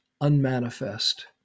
unmanifest